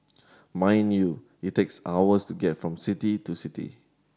mind you it takes hours to get from city to city